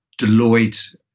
Deloitte